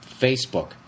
Facebook